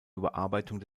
überarbeitung